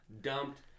dumped